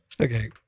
Okay